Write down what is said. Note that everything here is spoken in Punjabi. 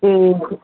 ਅਤੇ